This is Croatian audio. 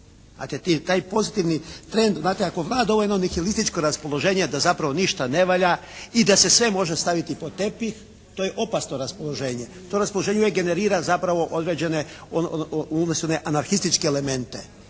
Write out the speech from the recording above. Znate, taj pozitivni trend ako vlada ovo jedno nihilističko raspoloženje da zapravo ništa ne valja i da se sve može staviti pod tepih to je opasno raspoloženje. To raspoloženje ne generira zapravo određene odnosno one anarhističke elemente,